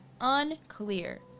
unclear